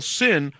sin